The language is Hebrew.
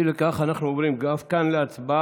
אי לכך, אנחנו עוברים גם כאן להצבעה.